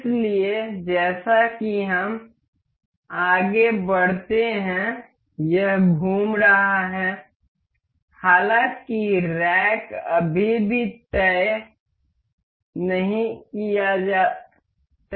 इसलिए जैसा कि हम आगे बढ़ते हैं यह घूम रहा है हालाँकि रैक अभी भी तय किया जाना है